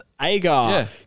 Agar